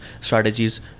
strategies